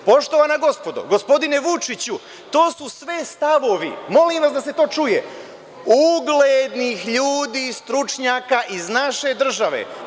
Poštovana gospodo, gospodine Vučiću, to su sve stavovi, molim vas da se to čuje, uglednih ljudi, stručnjaka iz naše države.